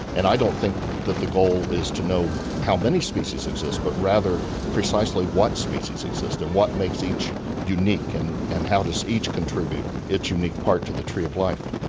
and i don't think that the goal is to know how many species exist but rather precisely what species exist and what makes each unique and and how does each contribute its unique part to the tree of life.